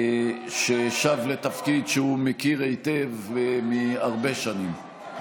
ששב לתפקיד שהוא מכיר היטב הרבה שנים.